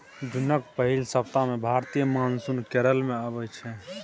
जुनक पहिल सप्ताह मे भारतीय मानसून केरल मे अबै छै